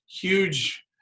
huge